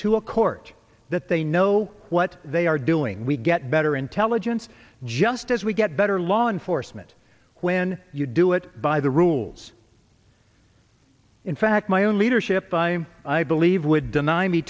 to a court that they know what they are doing we get better intelligence just as we get better law enforcement when you do it by the rules in fact my own leadership by i believe would deny me